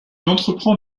entreprend